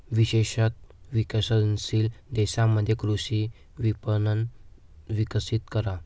विशेषत विकसनशील देशांमध्ये कृषी विपणन विकसित करा